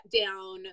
down